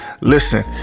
Listen